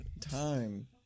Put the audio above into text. time